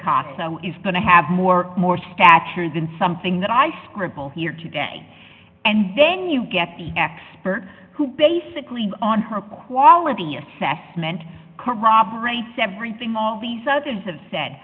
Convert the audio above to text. picasso is going to have more more stature than something that i scribble here today and then you get the experts who basically on her quality assessment corroborate several thing all these others have said